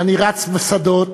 אני רץ בשדות